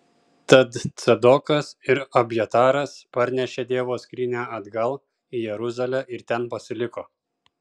tad cadokas ir abjataras parnešė dievo skrynią atgal į jeruzalę ir ten pasiliko